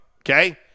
Okay